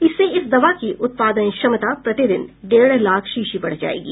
इससे इस दवा की उत्पादन क्षमता प्रतिदिन डेढ लाख शीशी बढ जाएगी